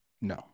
no